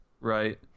Right